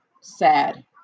sad